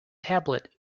tablet